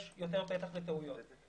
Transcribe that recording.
יש יותר פתח לטעויות.